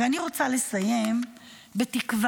אני רוצה לסיים בתקווה,